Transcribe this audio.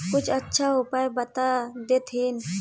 कुछ अच्छा उपाय बता देतहिन?